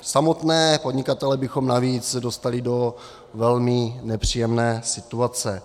Samotné podnikatele bychom navíc dostali do velmi nepříjemné situace.